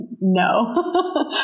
no